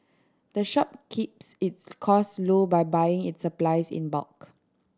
the shop keeps its cost low by buying its supplies in bulk